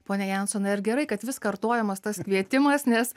pone jansonai ar gerai kad vis kartojamas tas kvietimas nes